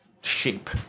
shape